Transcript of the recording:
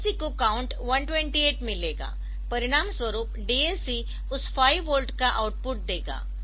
DAC को count 128 मिलेगा परिणामस्वरूप DAC उस 5 वोल्ट का आउटपुट देगा